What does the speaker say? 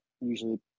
usually